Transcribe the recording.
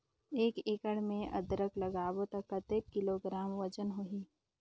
एक एकड़ मे अदरक लगाबो त कतेक किलोग्राम वजन होही?